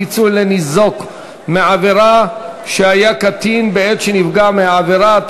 פיצוי לניזוק מעבירה שהיה קטין בעת שנפגע מהעבירה),